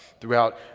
throughout